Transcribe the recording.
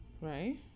Right